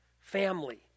family